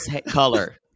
color